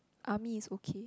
army is okay